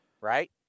right